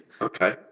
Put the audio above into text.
Okay